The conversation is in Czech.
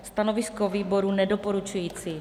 Stanovisko výboru nedoporučující.